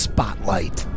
Spotlight